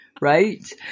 right